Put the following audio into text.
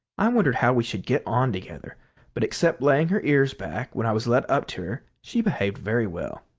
i wondered how we should get on together but except laying her ears back when i was led up to her, she behaved very well.